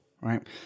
right